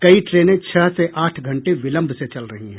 कई ट्रेनें छह से आठ घंटे विलंब से चल रही हैं